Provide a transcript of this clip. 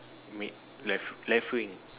mid left left wing